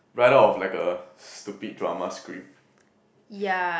right out of like a stupid drama script